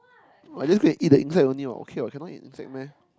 I didn't say you eat the insect only [what] okay [what] cannot eat the insect meh